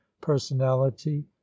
personality